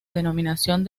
denominación